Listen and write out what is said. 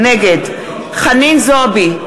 נגד חנין זועבי,